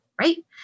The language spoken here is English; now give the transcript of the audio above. right